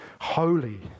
holy